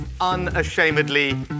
unashamedly